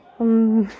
अं